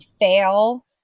fail